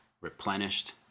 replenished